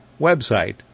website